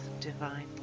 divine